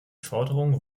forderungen